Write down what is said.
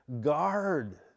Guard